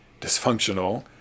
dysfunctional